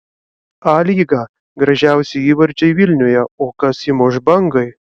a lyga gražiausi įvarčiai vilniuje o kas įmuš bangai